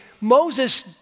Moses